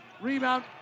Rebound